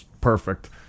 perfect